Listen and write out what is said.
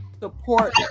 support